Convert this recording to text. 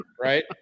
right